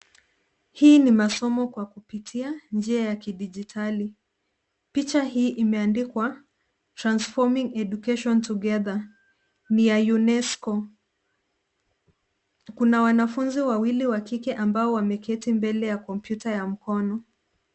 Hii ni masomo kwa kupitia njia ya kidijitali. Picha hii imeandikwa Transforming Education Together ni ya UNESCO. Kuna wanafunzi wawili wa kike ambao wameketi mbele ya kompyuta ya mkono.